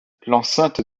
l’enceinte